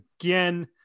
again